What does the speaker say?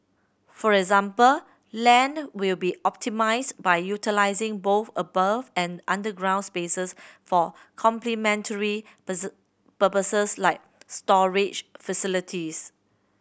for example land will be optimised by utilising both above and underground spaces for complementary purposes like storage facilities